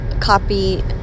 copy